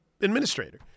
administrator